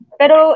pero